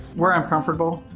where i'm comfortable,